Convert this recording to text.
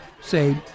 Say